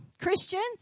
Christians